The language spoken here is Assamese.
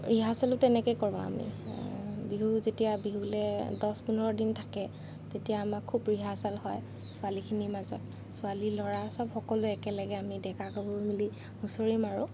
ৰিহাৰ্ছল তেনেকৈ কৰোঁ আমি বিহু যেতিয়া বিহুলৈ দহ পোন্ধৰ দিন থাকে তেতিয়া আমাৰ খুব ৰিৰ্হাছল হয় ছোৱালীখিনিৰ মাজত ছোৱালী ল'ৰা চব সকলোৱে একেলগে আমি ডেকা গাভৰু মিলি হুঁচৰি মাৰোঁ